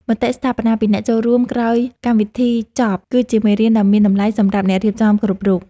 មតិស្ថាបនាពីអ្នកចូលរួមក្រោយកម្មវិធីចប់គឺជាមេរៀនដ៏មានតម្លៃសម្រាប់អ្នករៀបចំគ្រប់រូប។